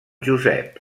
josep